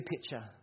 picture